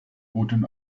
boten